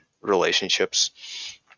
relationships